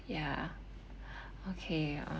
ya okay uh